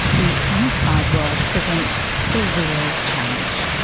the outside world presents the real challenge.